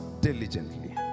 diligently